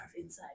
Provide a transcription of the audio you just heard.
inside